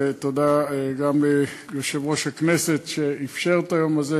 ותודה גם ליושב-ראש הכנסת שאפשר את היום הזה.